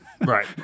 right